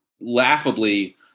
laughably